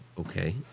okay